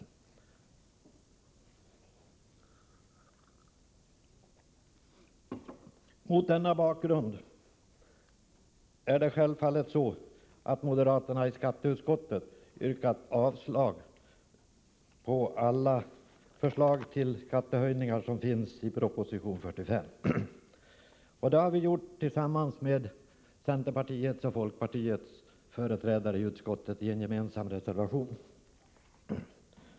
Mot denna bakgrund har moderaterna i skatteutskottet självfallet yrkat avslag på alla förslag om skattehöjningar som finns i proposition 45. Vi har gjort det tillsammans med centerpartiets och folkpartiets företrädare i utskottet i en gemensam reservation.